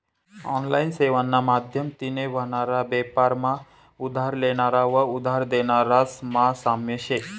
online सेवाना माध्यमतीन व्हनारा बेपार मा उधार लेनारा व उधार देनारास मा साम्य शे